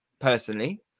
personally